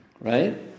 Right